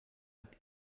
hat